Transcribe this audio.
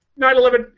9-11-